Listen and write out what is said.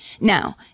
Now